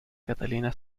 catalina